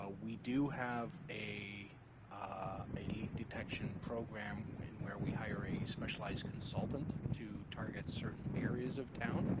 ah we do have a a leak detection program where and where we hire a specialized consultant to target certain areas of town.